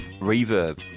Reverb